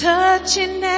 Touching